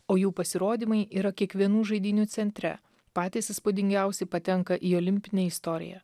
o jų pasirodymai yra kiekvienų žaidynių centre patys įspūdingiausi patenka į olimpinę istoriją